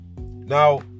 Now